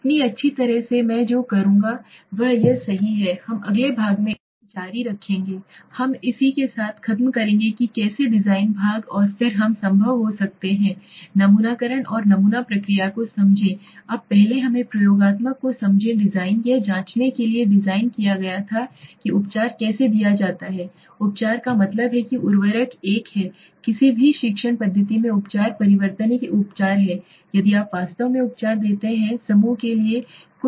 इतनी अच्छी तरह से मैं जो करूंगा वह यह है कि हम अगले भाग में इसे अगले भाग में जारी रखेंगे हम इस के साथ खत्म करेंगे कि कैसे डिज़ाइन भाग और फिर हम संभव हो सकते हैं नमूनाकरण और नमूना प्रक्रिया को समझें अब पहले हमें प्रयोगात्मक को समझें डिजाइन यह जांचने के लिए डिज़ाइन किया गया था कि उपचार कैसे दिया जाता है उपचार का मतलब है कि उर्वरक एक है किसी भी शिक्षण पद्धति में उपचार परिवर्तन एक उपचार है यदि आप वास्तव में उपचार देते हैं समूह के लिए कुछ हो रहा है